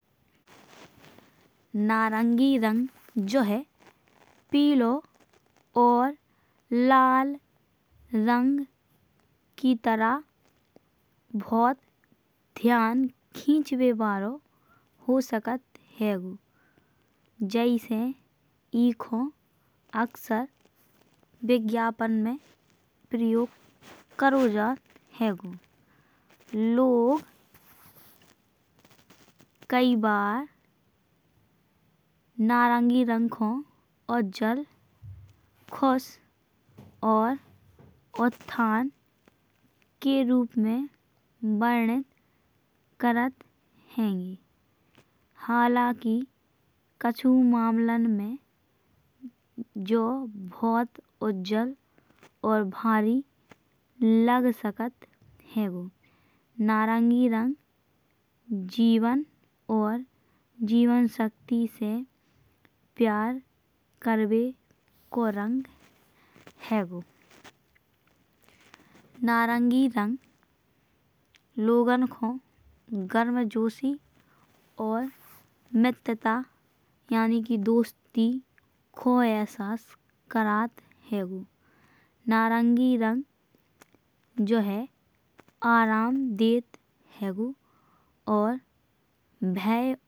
नारंगी रंग जो है पीळो और लाल रंग की तरह बहुत ध्यान खीचवे वाळो हो सकत हैंगो। जैसे ईको अक्सर विज्ञापन में प्रयोग करौ जात हैंगो। लोग कई बार नारंगी रंग को अउर जल खुश और उठान के रूप में वर्ण करत हैंगे। हालांकी कछू मामलन में जो बहुत उज्जल और भारी लग सकत हैंगो। नारंगी रंग जीवन और जीवन शक्ति से प्यार करबे को रंग हैंगो। नारंगी रंग लोगन को गर्मजोशी और मित्रता यानी कि दोस्ती को अहसास करत हैंगो। नारंगी रंग जो है आराम देत हैंगो और भय।